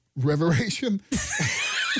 reveration